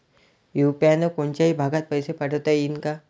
UPI न कोनच्याही भागात पैसे पाठवता येईन का?